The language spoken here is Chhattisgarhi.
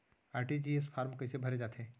आर.टी.जी.एस फार्म कइसे भरे जाथे?